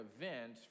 event